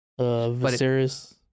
Viserys